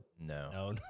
No